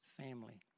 family